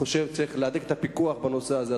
אני חושב שצריך להדק את הפיקוח בנושא הזה.